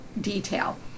detail